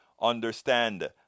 Understand